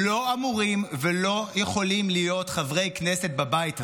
הם לא אמורים ולא יכולים להיות חברי כנסת בבית הזה.